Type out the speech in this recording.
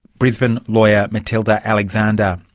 brisbane lawyer matilda alexander.